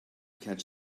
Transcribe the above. catch